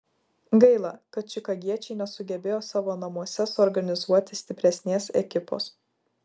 gaila kad čikagiečiai nesugebėjo savo namuose suorganizuoti stipresnės ekipos